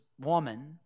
woman